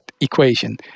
equation